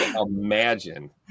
imagine